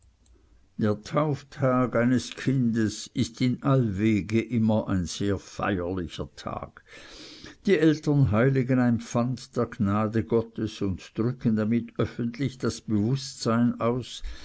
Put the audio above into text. der tauftag eines kindes ist in all wege immer ein sehr feierlicher tag die eltern heiligen ein pfand der gnade gottes und drücken damit öffentlich das bewußtsein aus